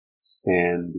stand